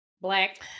black